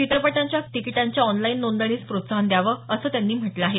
चित्रपटांच्या तिकिटांच्या ऑनलाईन नोंदणीस प्रोत्साहन द्यावं असं त्यांनी म्हटलं आहे